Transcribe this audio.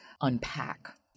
unpack